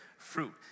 Fruit